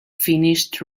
finished